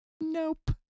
Nope